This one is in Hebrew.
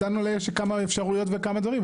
מדען עולה יש כמה אפשרויות וכמה דברים,